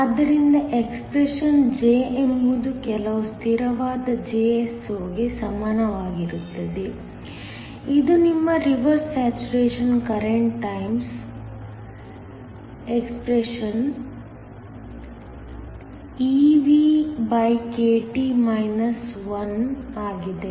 ಆದ್ದರಿಂದ expression J ಎಂಬುದು ಕೆಲವು ಸ್ಥಿರವಾದ Jso ಗೆ ಸಮಾನವಾಗಿರುತ್ತದೆ ಇದು ನಿಮ್ಮ reverse saturation current times expeVkT 1 ಆಗಿದೆ